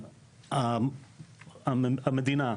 המדינה,